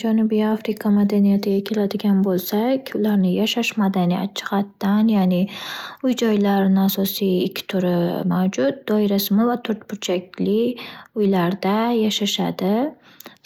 Janubiy Afrika madaniyatiga keladigan bo’lsak. Ularni yashash madaniyat jihatdan ya’ni uy- joylarni asosiy ikki turi mavjud doirasimon va to’rtburchakli uylarda yashashadi.